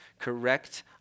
Correct